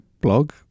blog